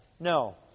No